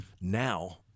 now